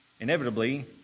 inevitably